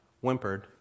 whimpered